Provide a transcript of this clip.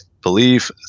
believe